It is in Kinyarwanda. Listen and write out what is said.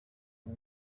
ubu